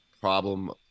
problem